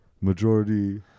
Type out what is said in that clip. Majority